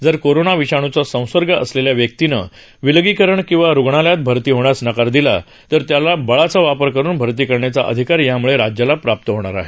जर कोरोना विषाणूचा संसर्ग असलेल्या व्यक्तीने विलगीकरण किंवा रूग्णालयात भरती होण्यास नकार दिला तर त्याला बळाचा वापर करून भरती करण्याचा अधिकार यामुळे राज्याला प्राप्त होणार आहे